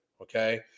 Okay